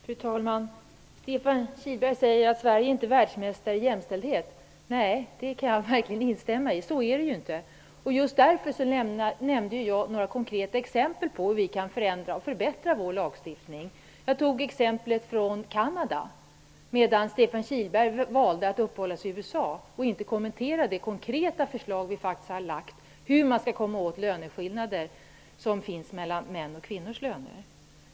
Fru talman! Stefan Kihlberg säger att Sverige inte är världsmästare i jämställdhet. Det kan jag verkligen instämma i. Så är det inte. Just därför nämnde jag några konkreta exempel på hur vi kan förändra och förbättra vår lagstiftning. Jag tog upp ett exempel från Canada. Stefan Kihlberg valde att uppehålla sig i USA och inte kommentera det konkreta förslag som vi har lagt fram om hur man skall komma åt de löneskillnader som finns mellan män och kvinnor.